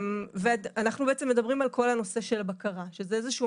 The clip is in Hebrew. אנחנו מדברים על כל נושא הבקרה שזה איזשהו